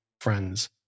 friends